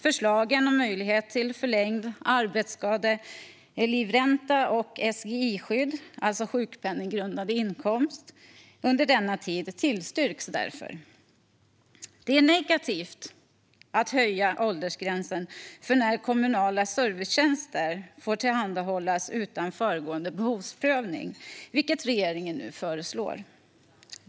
Förslagen om möjlighet till förlängd arbetsskadelivränta och SGI-skydd, alltså sjukpenninggrundande inkomst, under denna tid tillstyrks därför. Det är negativt att höja åldersgränsen för när kommunala servicetjänster får tillhandahållas utan föregående behovsprövning, vilket regeringen nu föreslår.